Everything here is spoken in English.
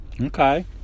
Okay